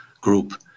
group